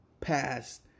past